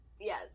Yes